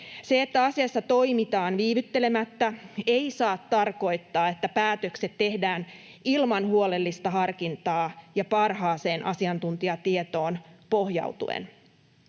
Se, että asiassa toimitaan viivyttelemättä, ei saa tarkoittaa, että päätökset tehdään ilman huolellista harkintaa ja parhaaseen asiantuntijatietoon pohjautumatta.